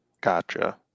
Gotcha